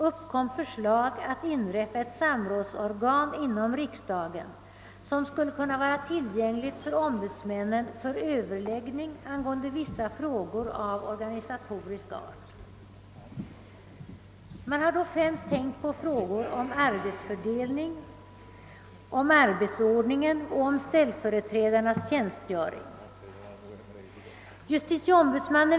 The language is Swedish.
MO övertar från JO tillsynen över domstols-, åklagaroch vissa delar av polisväsendet samt över kriminalvården och lantmäteriet.